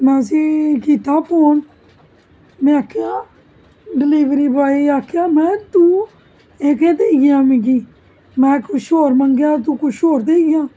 में उसी कीता फोन में आखेआ डिलिवरी बाॅय गी आखेआ में तू एह् के देई गेआ मिगी में कुछ और मंगेआ तू कुछ और देई गेआ